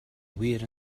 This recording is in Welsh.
wir